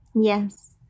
Yes